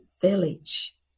village